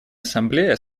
ассамблея